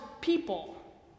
people